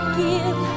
give